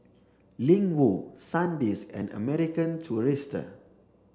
Ling Wu Sandisk and American Tourister